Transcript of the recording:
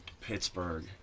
Pittsburgh